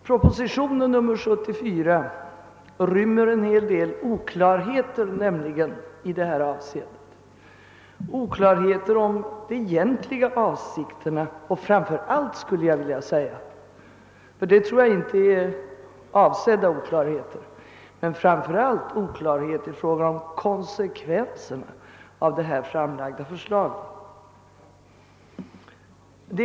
Proposition 74 rymmer nämligen en hel del oklarheter om de egentliga avsikterna — jag tror inte det är avsedda oklarheter — och framför allt om konsekvenserna av det framlagda förslaget.